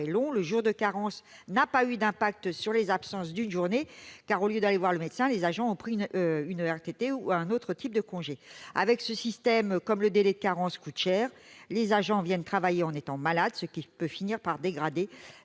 longs. Le jour de carence n'a pas eu d'impact sur les absences d'une journée, car au lieu d'aller voir le médecin les agents ont pris une RTT ou un autre type de congé. Avec ce système, comme le délai de carence coûte cher, les agents viennent travailler en étant malades, ce qui peut finir par dégrader